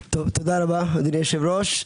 תודה רבה, אדוני היושב-ראש.